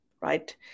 right